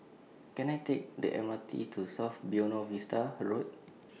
Can I Take The M R T to South Buona Vista Road